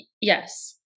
Yes